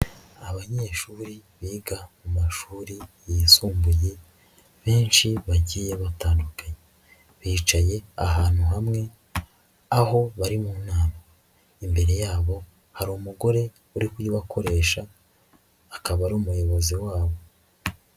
Abanyeshuri biga mu mashuri yisumbuye benshi bagiye batandukanye, bicaye ahantu hamwe aho bari mu nama, imbere yabo hari umugore uri kuyibakoresha akaba ari umuyobozi wabo.